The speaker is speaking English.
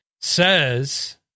says